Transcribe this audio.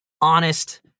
honest